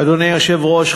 אדוני היושב-ראש,